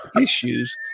issues